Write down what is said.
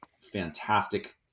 fantastic